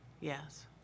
yes